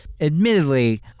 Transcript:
admittedly